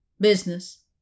Business